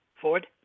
Ford